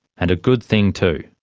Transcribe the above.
and a good thing too!